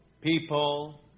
people